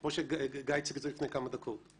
כמו שגיא הציג לפני כמה דקות.